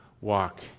walk